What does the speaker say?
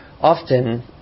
Often